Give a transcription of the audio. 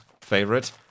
favorite